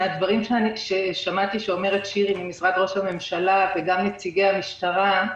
לדברים שאמרו שירי ממשרד ראש הממשלה וגם נציגי המשטרה.